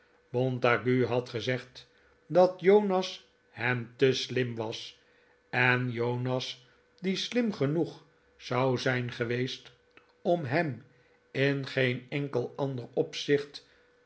montague had gezegd dat jonas hem te slim was en jonas die slim genoeg zou zijn geweest om hem in geen enkel ander opzicht